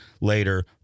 later